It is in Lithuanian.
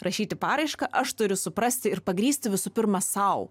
rašyti paraišką aš turiu suprasti ir pagrįsti visų pirma sau